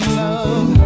love